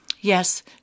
Yes